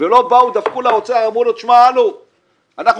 ולא באו ודפקו לאוצר ואמרו לו שהם צריכים